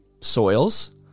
soils